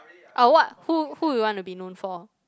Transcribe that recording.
ah what who who you want to be known for